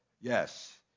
Yes